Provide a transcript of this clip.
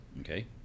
Okay